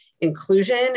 inclusion